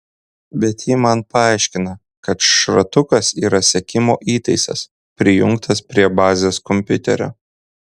bet ji man paaiškina kad šratukas yra sekimo įtaisas prijungtas prie bazės kompiuterio